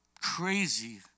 crazy